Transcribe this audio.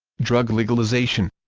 drug legalization